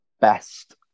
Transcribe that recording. best